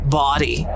body